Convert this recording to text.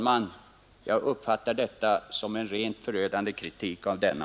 Jag uppfattar detta som en rent förödande kritik av denna.